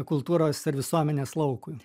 kultūros ir visuomenės laukui